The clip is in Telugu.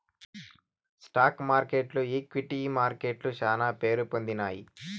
స్టాక్ మార్కెట్లు ఈక్విటీ మార్కెట్లు శానా పేరుపొందినాయి